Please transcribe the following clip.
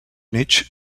nietzsche